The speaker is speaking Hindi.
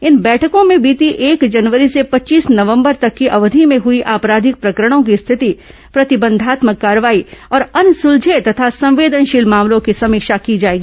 इन बैठकों में बीती एक जनवरी से पच्चीस नवंबर तक की अवधि में हुई आपराधिक प्रकरणों की स्थिति प्रतिबंधात्मक कार्रवाई और अनसुलझे तथा संवेदनशील मामलों की समीक्षा की जाएगी